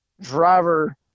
driver